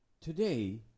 today